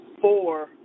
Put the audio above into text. four